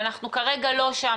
אנחנו כרגע לא שם,